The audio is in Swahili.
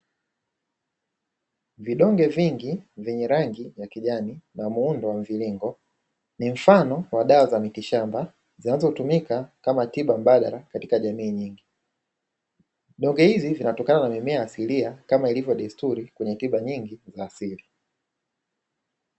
Vidonge vingi vyenye rangi ya kijani na muundo wa mviringo ni mfano wa dawa za miti shamba zinazotumika kama tiba mbadala katika jamii nyingi, vidonge hivi vinatokana na mimea asilia kama ilivyo desturi kwenye tiba nyingi za asili.